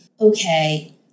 okay